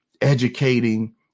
educating